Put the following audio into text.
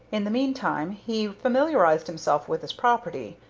in the meantime he familiarized himself with his property,